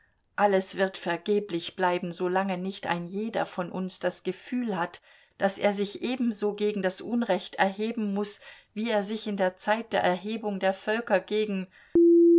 alles wird vergeblich bleiben solange nicht ein jeder von uns das gefühl hat daß er sich ebenso gegen das unrecht erheben muß wie er sich in der zeit der erhebung der völker gegen